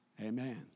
Amen